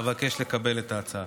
אבקש לקבל את ההצעה.